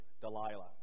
Delilah